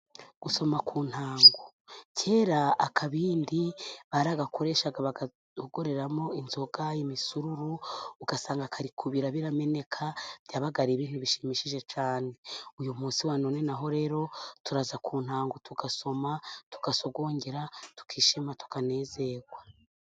Gusoma ku ntango. Kera, akabindi baragakoreshaga bakadukoreramo inzoga, imisururu. Ugasanga kari kubira, birameneka, byabaga ari ibintu bishimishije cyane. Uyu munsi wa none naho rero turaza ku ntango tugasoma, tugasogongera, tukishima, tukanezerwa.